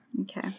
Okay